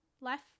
Life